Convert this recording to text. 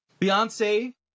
Beyonce